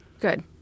Good